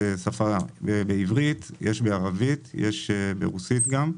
בעברית, יש בערבית, יש ברוסית גם.